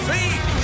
Feet